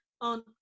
on